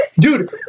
dude